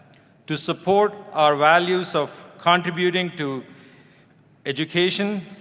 to support our values of contributing to education,